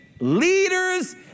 leaders